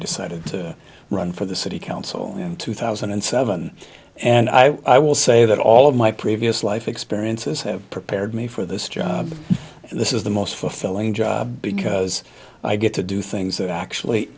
decided to run for the city council in two thousand and seven and i will say that all of my previous life experiences have prepared me for this job and this is the most fulfilling job because i get to do things that actually